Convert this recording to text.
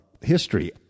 history